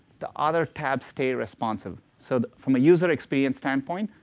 the other tabs stay responsive. so from a user experience standpoint,